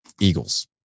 Eagles